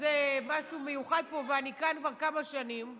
שזה משהו מיוחד פה, ואני כאן כבר כמה שנים.